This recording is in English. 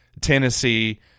Tennessee